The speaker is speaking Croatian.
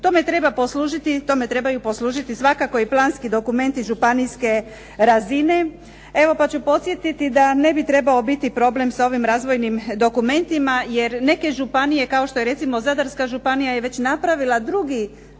Tome trebaju poslužiti svakako i planski dokumenti županijske razine. Evo pa ću podsjetiti da ne bi trebao biti problem sa ovim razvojnim dokumentima, jer neke županije kao što je recimo Zadarska županija, je već napravila drugi